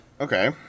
Okay